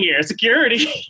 Security